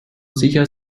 sicher